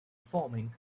forming